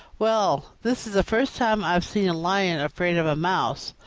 well, this is the first time i've seen a lion afraid of a mouse.